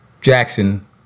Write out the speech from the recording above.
Jackson